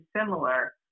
similar